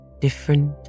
Different